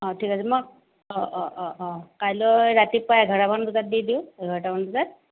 অঁ ঠিক আছে মই অঁ অঁ অঁ অঁ কাইলৈ ৰাতিপুৱা এঘাৰটা মান বজাত দি দিওঁ এঘাৰটা মান বজাত